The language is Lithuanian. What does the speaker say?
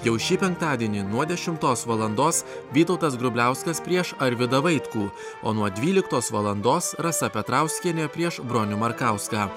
jau šį penktadienį nuo dešimtos valandos vytautas grubliauskas prieš arvydą vaitkų o nuo dvyliktos valandos rasa petrauskienė prieš bronių markauską